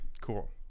Cool